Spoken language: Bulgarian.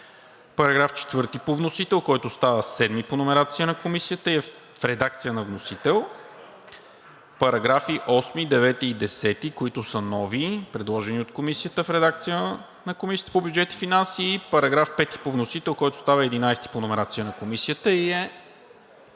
§ 4 по вносител, който става § 7 по номерация на Комисията и е в редакция по вносител; параграфи 8, 9 и 10, които са нови, предложени от Комисията, в редакция на Комисията по бюджет и финанси; и § 5 по вносител, който става § 11 по номерация на Комисията и е